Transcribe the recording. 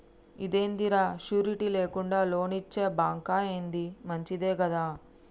ఇదేందిరా, షూరిటీ లేకుండా లోన్లిచ్చే బాంకా, ఏంది మంచిదే గదా